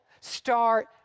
start